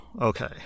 Okay